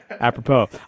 apropos